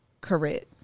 correct